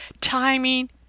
Timing